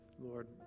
Lord